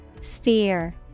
Sphere